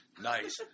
Nice